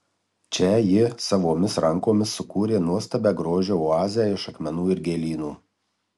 čia ji savomis rankomis sukūrė nuostabią grožio oazę iš akmenų ir gėlynų